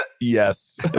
Yes